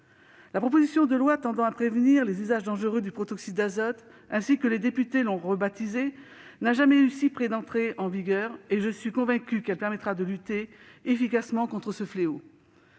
La proposition de loi tendant à prévenir les usages dangereux du protoxyde d'azote, ainsi que les députés l'ont rebaptisée, n'a jamais été si proche de son entrée en vigueur, et je suis convaincue qu'elle permettra de lutter efficacement contre ce fléau.